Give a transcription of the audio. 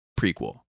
prequel